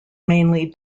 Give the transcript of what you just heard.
mainly